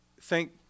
Thank